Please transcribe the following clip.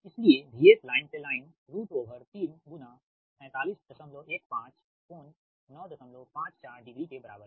इसलिए VS line से line 3 4715 कोण 954 डिग्री के बराबर है